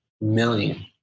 million